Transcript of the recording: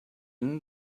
bin